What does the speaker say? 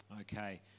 Okay